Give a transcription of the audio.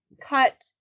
cut